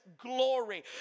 glory